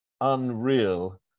unreal